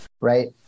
right